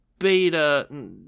beta